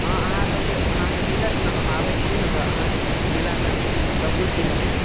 हँ अहाँ सबके अहाँके मिलत ने हम आबैत छी ने तऽ अहाँके दिला देब सब किछु दिला देब